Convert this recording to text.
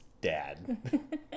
Dad